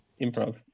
improv